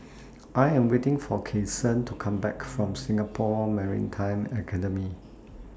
I Am waiting For Kyson to Come Back from Singapore Maritime Academy